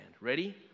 Ready